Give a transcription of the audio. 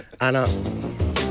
Anna